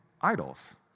idols